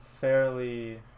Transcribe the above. Fairly